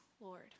Lord